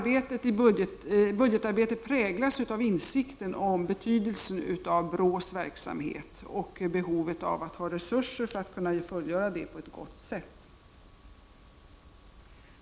Budgetarbetet präglas emellertid av insikten om betydelsen av BRÅ:s verksamhet och behovet av att ha resurser för att kunna fullgöra detta på ett gott sätt.